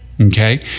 Okay